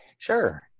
Sure